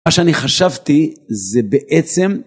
מה שאני חשבתי זה בעצם